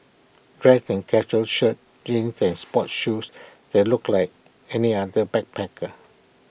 dressed in casual shirts jeans and sports shoes they looked like any other backpacker